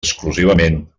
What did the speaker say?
exclusivament